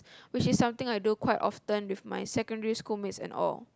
which is something I do quite often with my secondary schoolmates and all